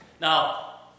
Now